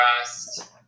Rest